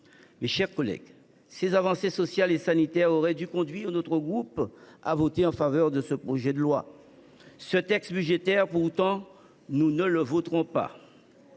Mes chers collègues, ces avancées sociales et sanitaires auraient dû conduire notre groupe à voter en faveur de ce projet de loi. Pourtant, nous ne le voterons pas.